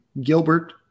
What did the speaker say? Gilbert